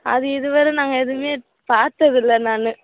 அது இதுவரை நாங்கள் எதுவுமே பார்த்ததில்ல நான்